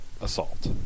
assault